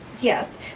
Yes